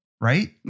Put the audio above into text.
right